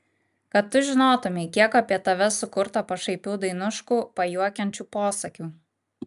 kad tu žinotumei kiek apie tave sukurta pašaipių dainuškų pajuokiančių posakių